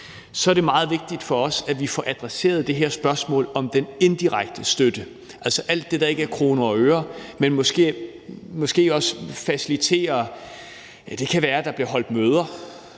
Så er det meget vigtigt for os, at vi får adresseret det her spørgsmål om den indirekte støtte, altså alt det, der ikke er kroner og øre, men som måske faciliterer noget. Det kan være, der bliver holdt møder